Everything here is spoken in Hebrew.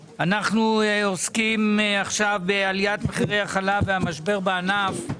על סדר-היום: עליית מחירי החלב והמשבר בענף.